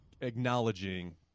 acknowledging